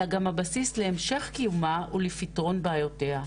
אלא גם הבסיס להמשך קיומה ולפתרון בעיותיה,